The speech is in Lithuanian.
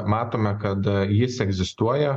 matome kad jis egzistuoja